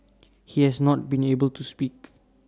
he has not been able to speak